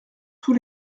tous